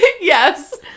Yes